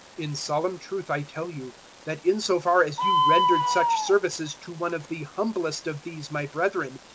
in solemn truth i tell you that in so far as you rendered such services to one of the humblest of these my brethren,